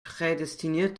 prädestiniert